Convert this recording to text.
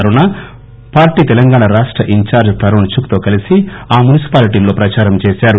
అరుణ party Telangana రాష్ట incharge Tarun Chugh తో కలిసి ఆ మున్సిపాలిటీలో ప్రదారం చేశారు